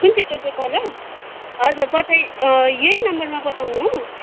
कुन चाहिँ कुन चाहिँ कलर हजुर यही नम्बरमा पठाउनु हो